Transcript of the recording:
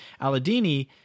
Al-Adini